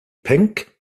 pinc